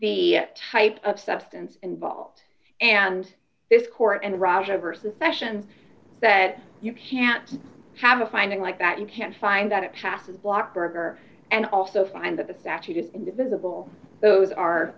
the type of substance involved and this court and roger versus session that you can't have a finding like that you can't find that it passes block berger and also find that the statute visible those are